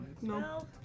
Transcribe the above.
No